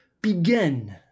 begin